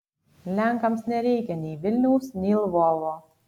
lenkams nereikia nei vilniaus nei lvovo